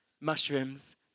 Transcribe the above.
mushrooms